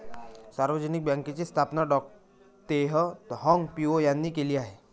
सार्वजनिक बँकेची स्थापना डॉ तेह हाँग पिओ यांनी केली आहे